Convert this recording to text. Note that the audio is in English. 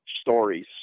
stories